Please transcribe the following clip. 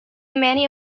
many